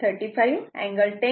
35 angle 10